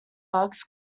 bugs